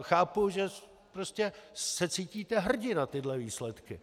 Chápu, že se prostě cítíte hrdi na tyhle výsledky.